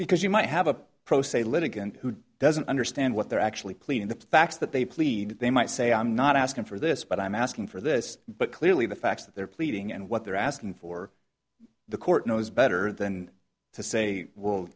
because you might have a pro se litigant who doesn't understand what they're actually clean in the facts that they plead they might say i'm not asking for this but i'm asking for this but clearly the fact that they're pleading and what they're asking for the court knows better than to say w